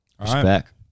Respect